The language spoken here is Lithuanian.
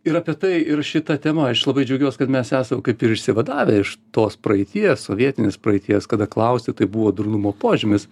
ir apie tai ir šita tema aš labai džiaugiuos kad mes esam kaip ir išsivadavę iš tos praeities sovietinės praeities kada klausti tai buvo durnumo požymis